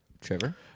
Trevor